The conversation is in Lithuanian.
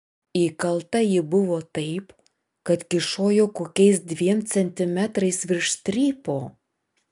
įkalta ji buvo taip kad kyšojo kokiais dviem centimetrais virš strypo